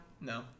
no